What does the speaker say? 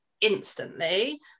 instantly